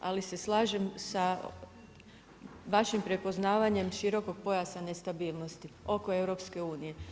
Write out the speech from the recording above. Ali se slažem sa vašim prepoznavanjem širokog pojasa nestabilnosti oko EU.